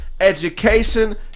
education